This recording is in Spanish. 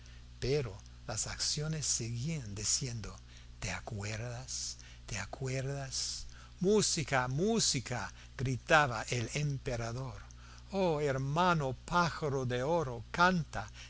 pero las acciones seguían diciendo te acuerdas te acuerdas música música gritaba el emperador oh hermano pájaro de oro canta